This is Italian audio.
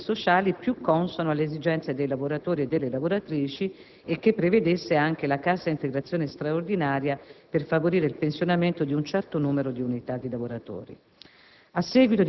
di ammortizzatori sociali più consono alle esigenze dei lavoratori e delle lavoratrici, che prevedesse anche la cassa integrazione straordinaria per favorire il pensionamento di un certo numero di unità di lavoratori.